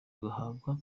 agahabwa